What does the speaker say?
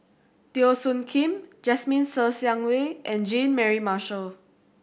Teo Soon Kim Jasmine Ser Xiang Wei and Jean Mary Marshall